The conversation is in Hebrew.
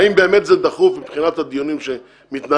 האם באמת זה דחוף מבחינת הדיונים שמתנהלים,